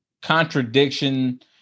contradiction